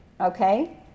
Okay